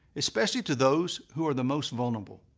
especially to those who are the most vulnerable.